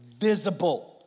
Visible